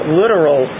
literal